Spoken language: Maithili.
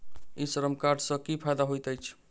ई श्रम कार्ड सँ की फायदा होइत अछि?